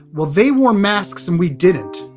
well, they wore masks and we didn't.